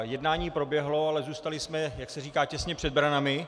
Jednání proběhlo, ale zůstali jsme, jak se říká, těsně před branami.